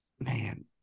Man